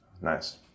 Nice